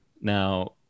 now